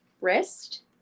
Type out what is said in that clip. wrist